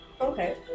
Okay